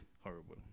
Horrible